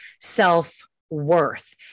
self-worth